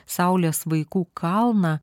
saulės vaikų kalną